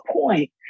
point